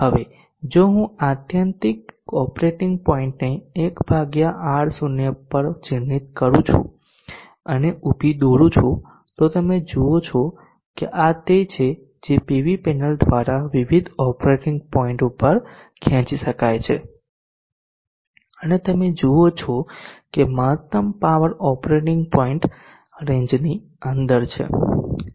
હવે જો હું આત્યંતિક ઓપરેટિંગ પોઇન્ટને 1 R0 પર ચિહ્નિત કરું છું અને ઊભી દોરું છું તો તમે જુઓ છો કે આ તે પાવર છે જે પીવી પેનલ દ્વારા વિવિધ ઓપરેટિંગ પોઇન્ટ પર ખેંચી શકાય છે અને તમે જુઓ છો કે મહત્તમ પાવર ઓપરેટિંગ પોઇન્ટ રેંજની અંદર છે